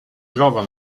trova